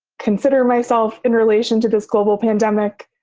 consider myself in relation to this global pandemic.